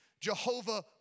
Jehovah